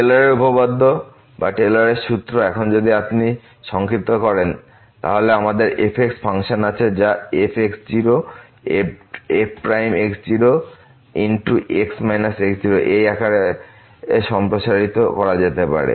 টেলরের উপপাদ্য বা টেলরের সূত্র এখন যদি আপনি সংক্ষিপ্ত করেন তাহলে আমাদের f ফাংশন আছে যা f fx0x x0এই আকারে সম্প্রসারিত করা যেতে পারে